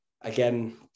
again